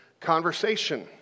conversation